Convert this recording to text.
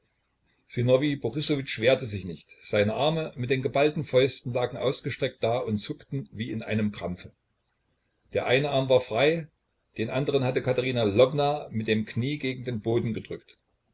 borissowitsch wehrte sich nicht seine arme mit den geballten fäusten lagen ausgestreckt da und zuckten wie in einem krampfe der eine arm war frei den andern hatte katerina lwowna mit dem knie gegen den boden gedrückt